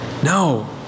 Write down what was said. No